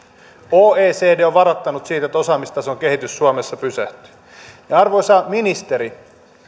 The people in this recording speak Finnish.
oecd on varoittanut siitä että osaamistason kehitys suomessa pysähtyy arvoisa ministeri